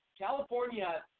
California